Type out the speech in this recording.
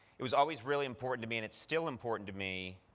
it was always really important to me, and it's still important to me,